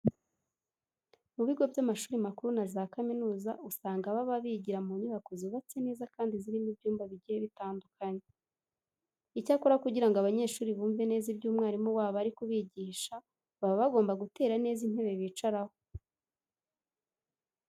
Mu bigo by'amashuri makuru na za kaminuza usanga baba bigira mu nyubako zubatse neza kandi zirimo ibyumba bigiye bitandukanye. Icyakora kugira ngo abanyeshuri bumve neza ibyo umwarimu wabo ari kubigisha baba bagomba gutera neza intebe bicaraho.